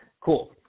cool